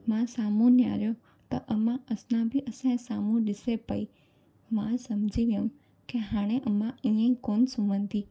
मां साम्हूं निहारियो त अमां असां बि असांजे साम्हूं ॾिसे पई मां सम्झी वियमि की हाणे अमां ईअं ई कोन सुम्हंदी